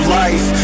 life